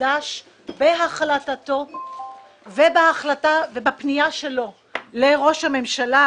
מחדש בהחלטתו ובפנייה שלו לראש הממשלה,